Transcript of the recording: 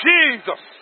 Jesus